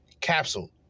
Capsule